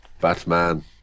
Batman